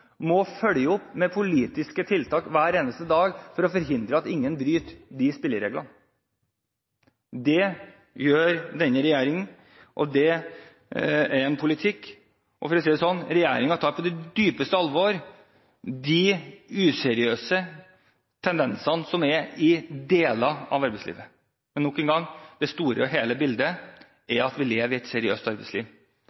må følge opp med politiske tiltak hver eneste dag for å forhindre at ingen bryter de spillereglene. Det gjør denne regjeringen, og det er en politikk regjeringen tar på det dypeste alvor. Vi ser useriøse tendenser i deler av arbeidslivet, men nok en gang: Det store og hele bildet